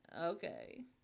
okay